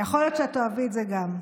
יכול להיות שאת תאהבי את זה גם.